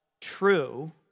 true